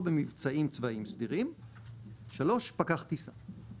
או במבצעים צבאיים סדירים פקח טיסה,